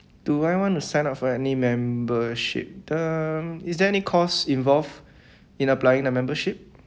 do I want to sign up for any membership um is there any costs involved in applying the membership